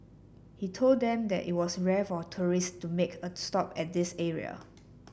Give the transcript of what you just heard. he told them that it was rare for tourist to make a stop at this area